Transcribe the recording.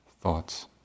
thoughts